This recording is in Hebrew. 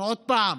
עוד פעם,